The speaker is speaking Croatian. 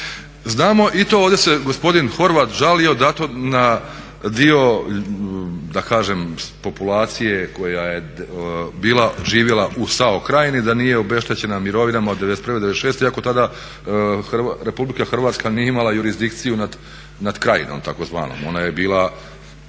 Znamo i to, ovdje se gospodin Horvat žalio na dio populacije koja je bila živjela u SAO Krajini da nije obeštećena mirovinama od 91. o 96. iako tada RH nije imala jurisdikciju nad Krajinom tzv. ona je bila